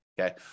okay